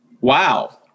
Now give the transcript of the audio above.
Wow